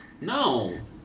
No